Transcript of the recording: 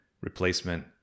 replacement